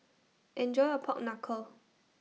Enjoy your Pork Knuckle